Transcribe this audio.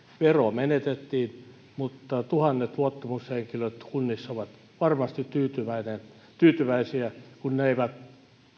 vero menetettiin mutta tuhannet luottamushenkilöt kunnissa ovat varmasti tyytyväisiä kun he eivät